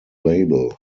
label